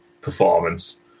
performance